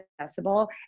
accessible